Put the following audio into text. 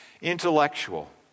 Intellectual